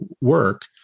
work